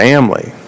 family